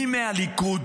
מי מהליכוד